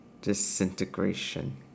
Disintegration